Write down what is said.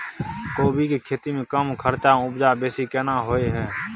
कोबी के खेती में कम खर्च में उपजा बेसी केना होय है?